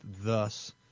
thus